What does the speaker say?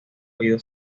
oído